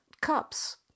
cups